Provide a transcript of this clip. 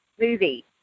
movie